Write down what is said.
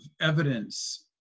evidence